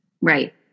right